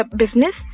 business